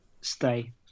Stay